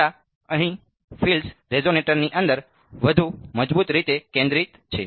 અહીં ફિલ્ડ્સ રેઝોનેટરની અંદર વધુ મજબૂત રીતે કેન્દ્રિત છે